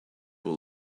for